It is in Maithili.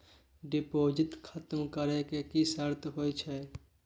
डिपॉजिट खतम करे के की सर्त होय छै?